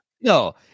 No